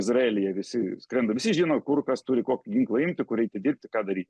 izraelyje visi skrenda visi žino kur kas turi kokį ginklą imti kur eiti dirbti ką daryti